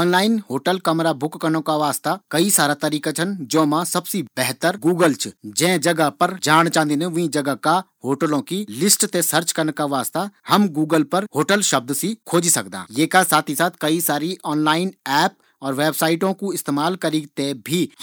Online hotel कमरा book करना का वास्ता कई सारा तरीका छन जौमा सबसे बेहतर गूगल च। हम जै जगह पर जाण चाँदिन वै जगह का होटलों की लिस्ट थें सर्च करना का वास्ता हम गूगल पर होटल शब्द से खोजी सकदां। ये का साथ ही कई सारी ऑनलाइन ऐप और वेबसाइडों कू इस्तेमाल करीक थें